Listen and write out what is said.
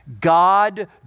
God